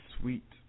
sweet